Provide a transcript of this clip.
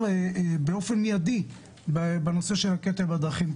לעזור באופן מיידי בנושא הקטל בדרכים.